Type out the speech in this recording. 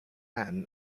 man